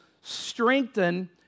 strengthen